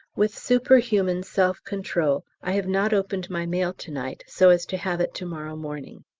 with superhuman self-control i have not opened my mail to-night so as to have it to-morrow morning.